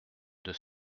deux